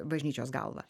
bažnyčios galva